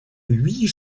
huit